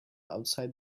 outside